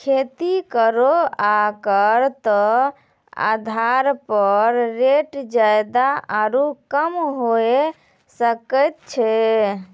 खेती केरो आकर क आधार पर रेट जादा आरु कम हुऐ सकै छै